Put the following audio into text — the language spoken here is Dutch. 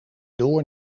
door